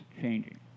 changing